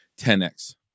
10X